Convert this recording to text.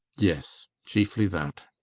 yes. chiefly that.